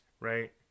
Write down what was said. right